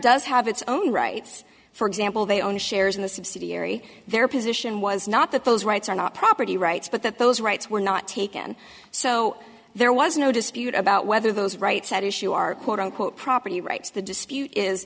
does have it's own rights for example they own shares in the subsidiary their position was not that those rights are not property rights but that those rights were not taken so there was no dispute about whether those rights at issue are quote unquote property rights the dispute is